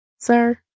Sir